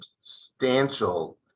substantial